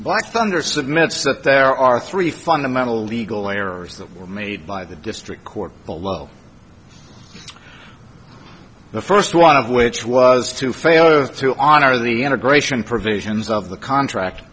thunder submits that there are three fundamental legal errors that were made by the district court below the first one of which was to fail to honor the integration provisions of the contract